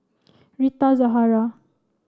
Rita Zahara